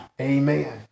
Amen